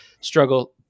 struggle